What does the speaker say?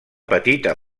petita